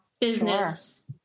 business